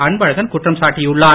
அன்பழகன் குற்றம் சாட்டியுள்ளார்